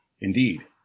indeed